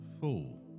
full